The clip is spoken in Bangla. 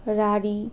রাঢ়ী